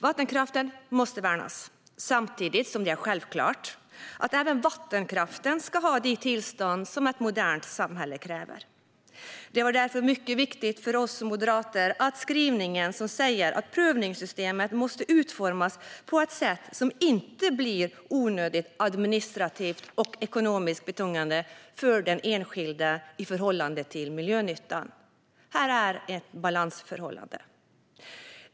Vattenkraften måste värnas samtidigt som det är självklart att även vattenkraften ska ha de tillstånd som ett modernt samhälle kräver. Det var därför mycket viktigt för oss moderater med skrivningen som säger att prövningssystemet måste utformas på ett sätt som inte blir onödigt administrativt och ekonomiskt betungande för den enskilde i förhållande till miljönyttan. Här finns ett balansförhållande.